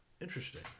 Interesting